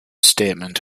statement